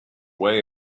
way